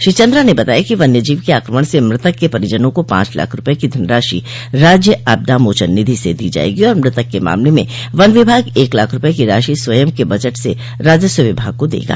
श्री चन्द्रा ने बताया कि वन्य जीव के आक्रमण से मृतक के परिजनों को पांच लाख रूपये की धनराशि राज्य आपदा मोचन निधि से दी जायेगी और मृतक के मामले में वन विभाग एक लाख रूपय की राशि स्वयं के बजट से राजस्व विभाग को देगा